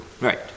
Right